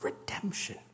redemption